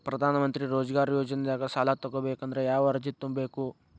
ಪ್ರಧಾನಮಂತ್ರಿ ರೋಜಗಾರ್ ಯೋಜನೆದಾಗ ಸಾಲ ತೊಗೋಬೇಕಂದ್ರ ಯಾವ ಅರ್ಜಿ ತುಂಬೇಕು?